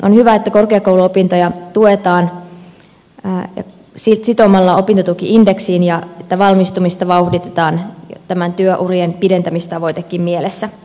on hyvä että korkeakouluopintoja tuetaan sitomalla opintotuki indeksiin ja että valmistumista vauhditetaan tämä työurien pidentämistavoitekin mielessä